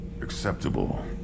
acceptable